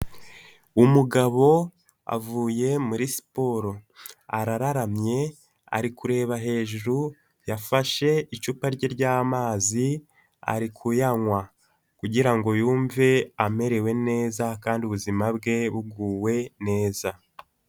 Umugabo avuye muri siporo. Arararamye, ari kureba hejuru, yafashe icupa rye ry'amazi ari kuyanywa kugira ngo yumve amerewe neza kandi ubuzima bwe buguwe neza.